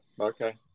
Okay